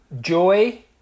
Joy